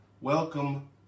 welcome